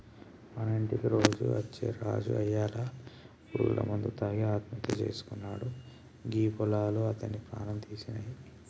మన ఇంటికి రోజు అచ్చే రాజు ఇయ్యాల పురుగుల మందు తాగి ఆత్మహత్య సేసుకున్నాడు గీ పొలాలు అతని ప్రాణం తీసినాయి